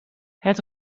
het